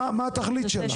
מה התכלית שלה?